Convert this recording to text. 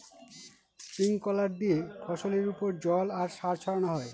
sprinkler দিয়ে ফসলের ওপর জল আর সার ছড়ানো হয়